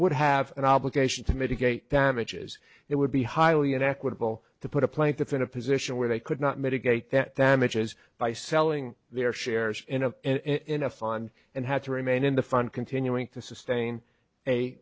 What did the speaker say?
would have an obligation to mitigate damages it would be highly inequitable to put a plaintiff in a position where they could not mitigate that damages by selling their shares in a in a fine and had to remain in the fund continuing to sustain a